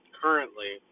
currently